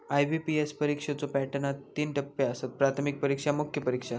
IBPS परीक्षेच्यो पॅटर्नात तीन टप्पो आसत, प्राथमिक परीक्षा, मुख्य परीक्षा